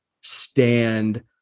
stand